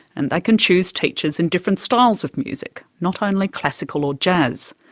and they can choose teachers in different styles of music, not only classical or jazz.